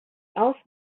asked